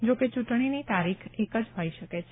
જા કે યૂંટણીની તારીખ એક જ રહી શકે છે